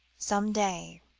some day